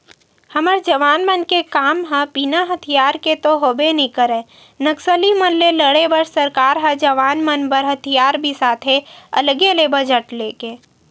हमर जवान मन के काम ह बिना हथियार के तो होबे नइ करय नक्सली मन ले लड़े बर सरकार ह जवान मन बर हथियार बिसाथे अलगे ले बजट लेके